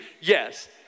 yes